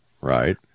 Right